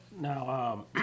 Now